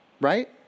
right